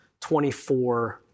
24